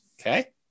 Okay